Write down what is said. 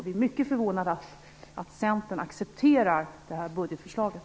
Vi är mycket förvånade över att Centern accepterar det här budgetförslaget.